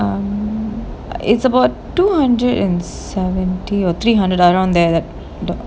um it's about two hundred and seventy or three hundred around there that that